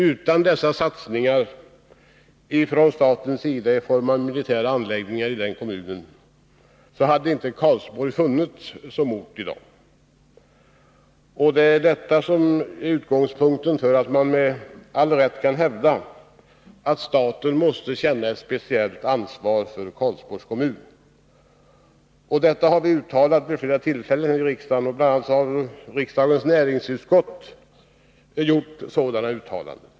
Utan dessa satsningar från statens sida i form av militära anläggningar i denna kommun hade inte Karlsborg funnits som ort i dag. Det är detta som är utgångspunkten för att man med all rätt kan hävda att staten måste känna ett speciellt ansvar för Karlsborgs kommun. Det har vi uttalat vid flera tillfällen här i riksdagen, bl.a. har riksdagens näringsutskott gjort sådana uttalanden.